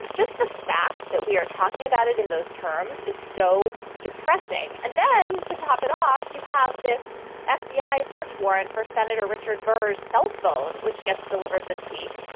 just the fact that we are talking about it in those terms is so depressing. and then to top it off, you have this ah fbi search warrant for senator richard burr's cell phone, which gets delivered this week.